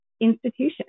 institution